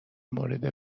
مورد